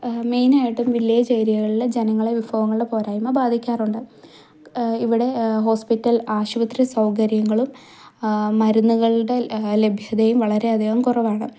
main ആയിട്ടും village ഏരിയകളിൽ ജനങ്ങളെ വിഭവങ്ങളുടെ പോരായ്മ ബാധിക്കാറുണ്ട് ഇവിടെ ഹോസ്പിറ്റൽ ആശുപത്രി സൗകര്യങ്ങളും മരുന്നുകളുടെ ലഭ്യതയും വളരെയധികം കുറവാണ്